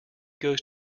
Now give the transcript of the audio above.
goes